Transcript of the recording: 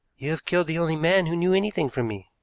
you have killed the only man who knew anything from me,